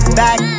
back